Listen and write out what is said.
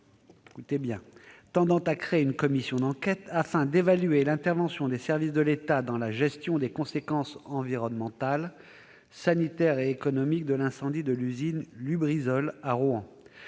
tendant à créer une commission d'enquête afin d'évaluer l'intervention des services de l'État dans la gestion des conséquences environnementales, sanitaires et économiques de l'incendie de l'usine Lubrizol à Rouen,